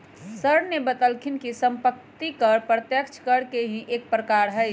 sir ने बतल खिन कि सम्पत्ति कर प्रत्यक्ष कर के ही एक प्रकार हई